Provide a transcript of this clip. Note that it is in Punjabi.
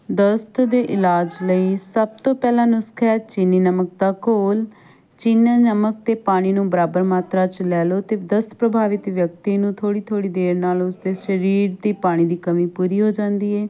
ਦਸਤ ਦੇ ਇਲਾਜ ਲਈ ਸਭ ਤੋਂ ਪਹਿਲਾਂ ਨੁਸਖਾ ਚੀਨੀ ਨਮਕ ਦਾ ਘੋਲ ਚੀਨੀ ਨਮਕ ਅਤੇ ਪਾਣੀ ਨੂੰ ਬਰਾਬਰ ਮਾਤਰਾ 'ਚ ਲੈ ਲਓ ਅਤੇ ਦਸਤ ਪ੍ਰਭਾਵਿਤ ਵਿਅਕਤੀ ਨੂੰ ਥੋੜ੍ਹੀ ਥੋੜ੍ਹੀ ਦੇਰ ਨਾਲ ਉਸਦੇ ਸਰੀਰ ਦੀ ਪਾਣੀ ਦੀ ਕਮੀ ਪੂਰੀ ਹੋ ਜਾਂਦੀ ਏ